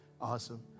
Awesome